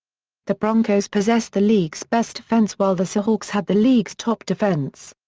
the broncos possessed the league's best offense while the seahawks had the league's top defense.